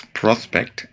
prospect